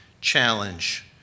challenge